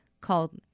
called